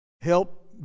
help